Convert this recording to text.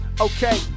okay